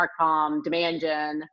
DemandGen